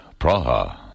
Praha